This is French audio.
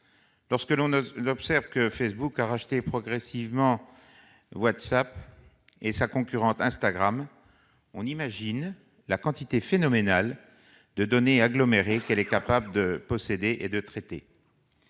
Lorsque l'on observe que Facebook a racheté progressivement WhatsApp et sa concurrente Instagram, on imagine la quantité phénoménale de données que cette entreprise est capable de posséder et de traiter.